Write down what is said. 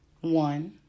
One